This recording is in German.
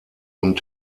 und